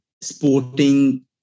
Sporting